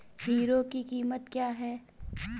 Hero की कीमत क्या है?